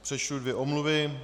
Přečtu dvě omluvy.